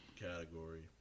category